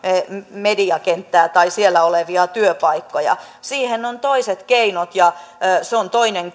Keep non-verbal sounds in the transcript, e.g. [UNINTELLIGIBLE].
mediakenttää tai siellä olevia työpaikkoja siihen on toiset keinot ja se on toinen [UNINTELLIGIBLE]